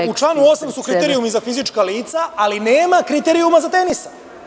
Dakle, u članu 8. su kriterijumi za fizička lica, ali nema kriterijuma za Tenisa.